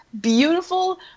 beautiful